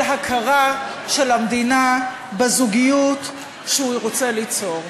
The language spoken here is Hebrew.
הכרה של המדינה בזוגיות שהוא רוצה ליצור.